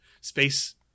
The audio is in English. space